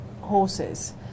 horses